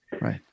Right